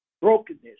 Brokenness